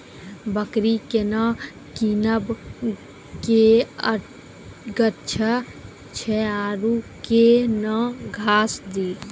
बकरी केना कीनब केअचछ छ औरू के न घास दी?